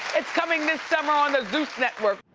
it's coming this summer on the zeus network.